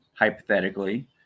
hypothetically